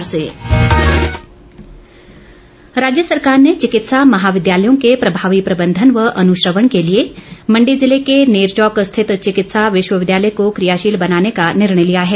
मंत्रिमंडल राज्य सरकार ने चिकित्सा महाविद्यालयों के प्रभावी प्रबंधन व अनुश्रवण के लिए मण्डी जिले के नेरचौक स्थित चिकित्सा विश्वविद्यालय को कियाशील बनाने का निर्णय लिया है